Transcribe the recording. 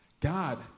God